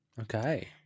Okay